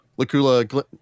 Lakula